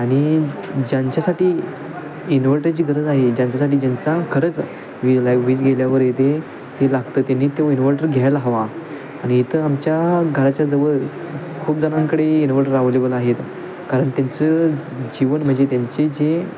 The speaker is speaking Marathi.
आणि ज्यांच्यासाठी इनव्हर्टरची गरज आहे ज्यांच्यासाठी ज्यांचा खरंच वी लाय वीज गेल्यावर येते ते लागतं त्यांनी तो इनव्हर्टर घ्यायला हवा आणि इथं आमच्या घराच्या जवळ खूप जणांकडे इन्व्हर्टर अव्हेलेबल आहेत कारण त्यांचं जीवन म्हणजे त्यांचे जे